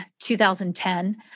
2010